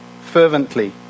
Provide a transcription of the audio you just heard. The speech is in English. fervently